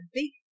big